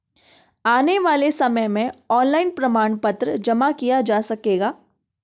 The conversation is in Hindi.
आने वाले समय में ऑनलाइन प्रमाण पत्र जमा किया जा सकेगा